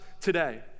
today